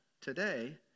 today